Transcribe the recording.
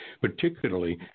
particularly